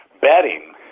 Betting